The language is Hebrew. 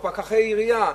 או פקחי עירייה.